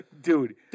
Dude